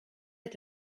est